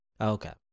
Okay